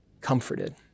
comforted